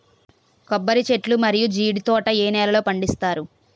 కొబ్బరి చెట్లు మరియు జీడీ తోట ఏ నేలల్లో పండిస్తారు?